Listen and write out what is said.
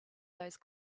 those